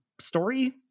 story